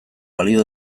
balio